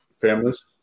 families